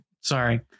sorry